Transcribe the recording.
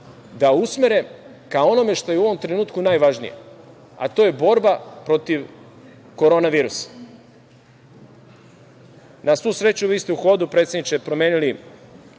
da usmere ka onome što je u ovom trenutku najvažnije, a to je borba protiv korona virusa. Na svu sreću, vi ste u hodu, predsedniče, promenili